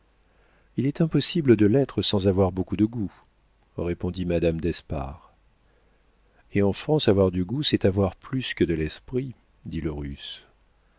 il est impossible de l'être sans avoir beaucoup de goût répondit madame d'espard et en france avoir du goût c'est avoir plus que de l'esprit dit le russe